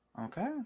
okay